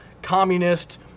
Communist